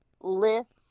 list